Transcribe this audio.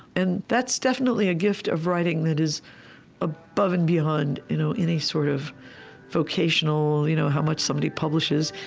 and that's definitely a gift of writing that is above and beyond you know any sort of vocational you know how much somebody publishes.